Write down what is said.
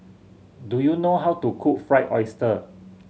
do you know how to cook Fried Oyster